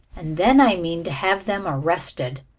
and then i mean to have them arrested,